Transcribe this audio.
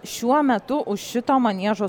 šiuo metu už šito maniežo